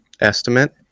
estimate